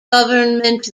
government